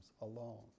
alone